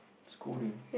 scolding